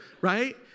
right